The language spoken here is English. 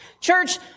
Church